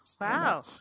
wow